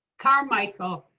carmichael.